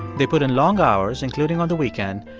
they put in long hours, including on the weekend,